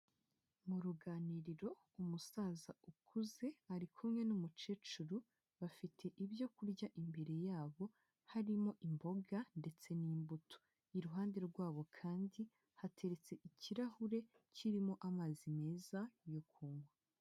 Mu ruganiriro umusaza ukuze ari kumwe n'umukecuru bafite ibyo kurya imbere yabo harimo imboga ndetse n'imbuto. Iruhande rwabo kandi hateretse ikirahure kirimo amazi meza yo kunywa.